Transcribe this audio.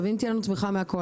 ואם תהיה לנו תמיכה מהקואליציה,